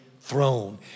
throne